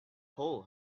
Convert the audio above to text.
hole